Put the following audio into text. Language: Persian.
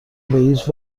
هیچ